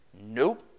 Nope